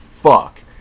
fuck